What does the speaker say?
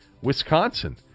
Wisconsin